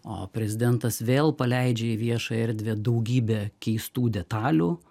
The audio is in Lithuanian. o prezidentas vėl paleidžia į viešąją erdvę daugybę keistų detalių